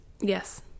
Yes